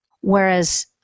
Whereas